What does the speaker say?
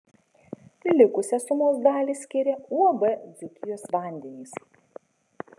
likusią sumos dalį skiria uab dzūkijos vandenys